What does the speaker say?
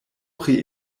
pri